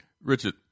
Richard